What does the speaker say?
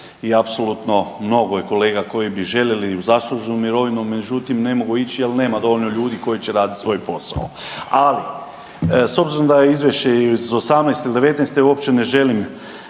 i apsolutno mnogo je kolega koji bi željeli i u zasluženu mirovinu međutim ne mogu ići jer nema dovoljno ljudi koji će raditi svoj posao. Ali s obzirom da je izvješće iz '18.-te, '19.-te uopće ne želim